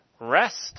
Rest